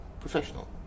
Professional